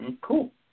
Cool